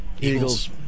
Eagles